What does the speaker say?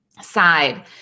Side